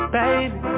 baby